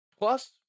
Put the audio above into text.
Plus